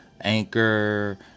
Anchor